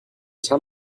tell